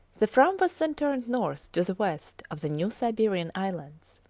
the fram was then turned north to the west of the new siberian islands.